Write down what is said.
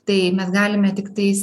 tai mes galime tiktais